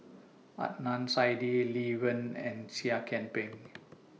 Adnan Saidi Lee Wen and Seah Kian Peng